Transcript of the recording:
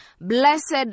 Blessed